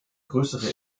größere